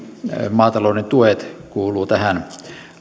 maatalouden tuet kuuluvat tähän